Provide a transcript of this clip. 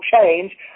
change